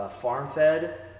farm-fed